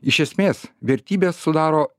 iš esmės vertybės sudaro